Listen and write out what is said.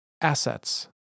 assets